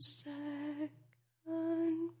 second